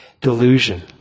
delusion